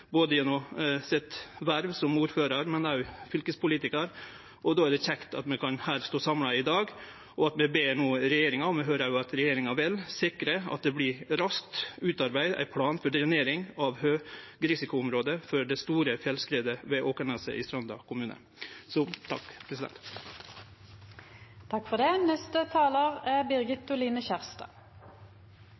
både gjennom vervet sitt som ordførar og også som fylkespolitikar. Då er det kjekt at vi kan stå samla her i dag, og at vi no ber regjeringa sikre at det raskt blir utarbeidd ein plan for drenering av høgrisikoområdet for det store fjellskredet ved Åkneset i Stranda kommune, og vi høyrer òg at regjeringa vil det. Det er eit litt unikt augeblikk at vi er